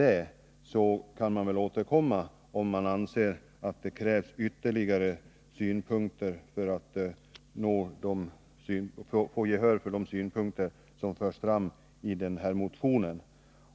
Sedan kan man återkomma, om man anser att det krävs för att man skall få gehör för de synpunkter som förs fram i den här motionen.